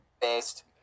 Based